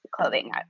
clothing